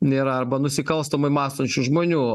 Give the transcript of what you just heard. nėra arba nusikalstamai mąstančių žmonių